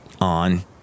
on